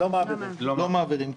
לא מעבירים.